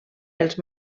els